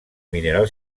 mineral